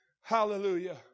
Hallelujah